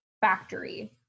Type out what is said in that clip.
factory